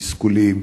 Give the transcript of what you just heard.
תסכולים,